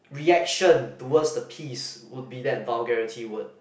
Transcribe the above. reaction towards the piece would be that vulgarity word